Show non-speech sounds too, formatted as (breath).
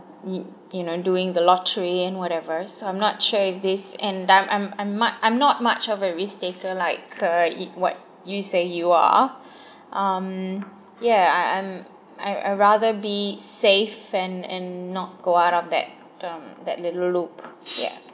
you you know doing the lottery and whatever so I'm not sure if this and I'm I'm I'm much I'm not much of a risk-taker like uh it what you say you are (breath) um yeah I'm I I rather be safe and and not go out of that um that little loop yeah